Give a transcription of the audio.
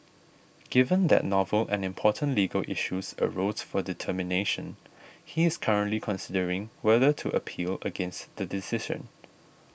given that novel and important legal issues arose for determination he is currently considering whether to appeal against the decision